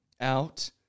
out